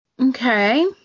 Okay